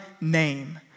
name